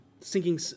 sinking